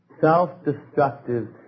self-destructive